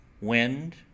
wind